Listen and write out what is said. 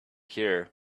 here